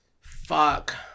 Fuck